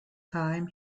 time